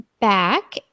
back